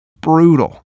Brutal